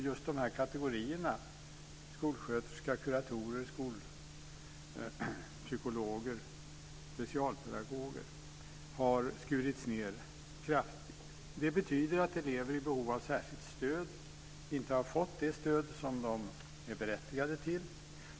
Just bland kategorierna skolsköterskor, kuratorer, skolpsykologer och specialpedagoger har man skurit ned kraftigt. Det betyder att elever i behov av särskilt stöd inte har fått det stöd som de är berättigade till.